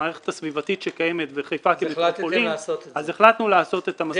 המערכת הסביבתית שקיימת בחיפה כמטרופולין -- אז החלטתם לעשות את זה.